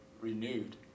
renewed